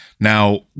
Now